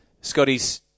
Scotty's